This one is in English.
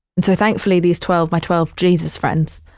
and so thankfully, these twelve, my twelve jesus friends,